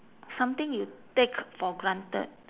something you take for granted